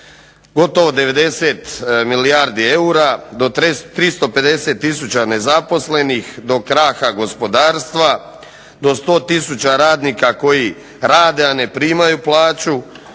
gotovo 90 milijardi eura, do 350 tisuća nezaposlenih, do kraha gospodarstva, do 100 tisuća radnika koji rade a ne primaju plaću